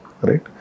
right